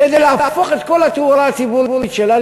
כדי להפוך את כל התאורה הציבורית שלה